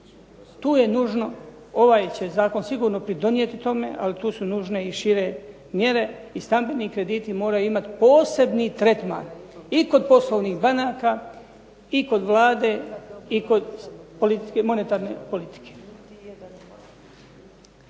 Tu je nužno, ovaj će zakon sigurno pridonijeti tome ali tu su nužne i šire mjere i stambeni krediti moraju imati posebni tretman i kod poslovnih banaka i kod Vlade, i kod monetarne politike.